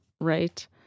right